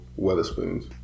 Weatherspoons